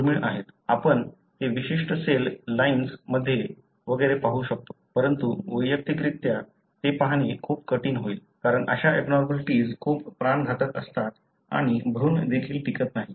आपण ते विशिष्ट सेल लाईन्स मध्ये वगैरे पाहू शकतो परंतु वैयक्तिकरित्या ते पाहणे खूप कठीण होईल कारण अशा एबनॉर्मलिटीज खूप प्राणघातक असतात आणि भ्रूण देखील टिकत नाहीत